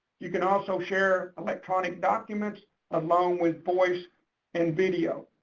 you can also share electronic documents along with voice and video.